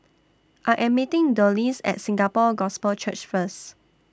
I Am meeting Dulce At Singapore Gospel Church First